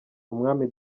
umwami